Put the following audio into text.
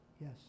Yes